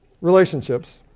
relationships